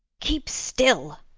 keep still!